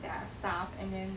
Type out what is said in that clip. then stuff and then